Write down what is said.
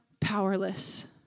powerless